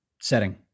setting